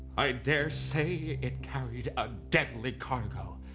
i dare say it carried a deadly cargo.